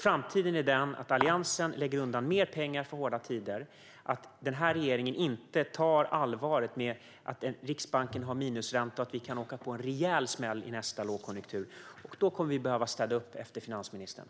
Framtiden är den att Alliansen lägger undan mer pengar för hårda tider, och framtiden är att denna regering inte ser allvaret i att Riksbanken har minusränta och att vi kan åka på en rejäl smäll i nästa lågkonjunktur. Då kommer vi att behöva städa upp efter finansministern.